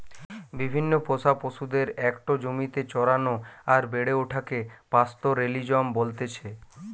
বিভিন্ন পোষা পশুদের একটো জমিতে চরানো আর বেড়ে ওঠাকে পাস্তোরেলিজম বলতেছে